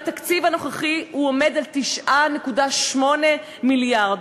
והתקציב הנוכחי עומד על 9.8 מיליארד,